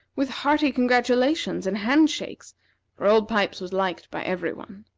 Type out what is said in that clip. with hearty congratulations and hand-shakes for old pipes was liked by every one.